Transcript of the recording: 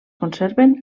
conserven